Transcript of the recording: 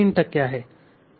3 टक्के आहे